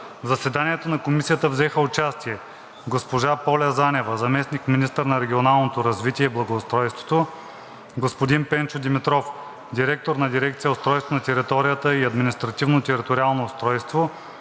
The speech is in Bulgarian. В заседанието на Комисията взеха участие: - госпожа Поля Занева – заместник-министър на регионалното развитие и благоустройството, господин Пенчо Димитров – директор на дирекция „Устройство на територията и административно-териториално устройство“,